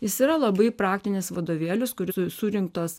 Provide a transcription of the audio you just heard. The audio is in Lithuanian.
jis yra labai praktinis vadovėlis kur surinktos